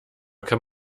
kann